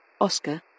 oscar